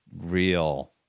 real